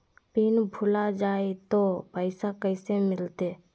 Pin भूला जाई तो पैसा कैसे मिलते?